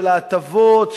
של ההטבות,